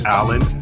Alan